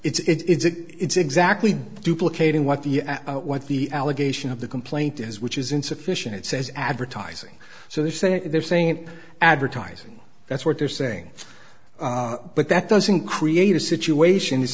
it's exactly duplicating what the what the allegation of the complaint is which is insufficient it says advertising so they're saying they're saying it advertising that's what they're saying but that doesn't create a situation i